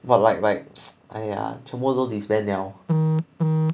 but like like !aiya! 全部都 disband 了